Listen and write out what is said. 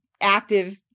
active